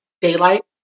daylight